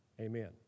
Amen